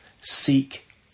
Seek